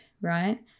right